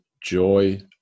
joy